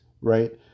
right